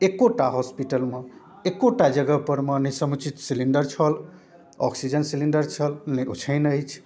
एकोटा हॉस्पिटलमे एकोटा जगहपरमे नहि समुचित सिलिण्डर छल ऑक्सीजन सिलिण्डर छल नहि ओछैन अछि